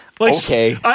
Okay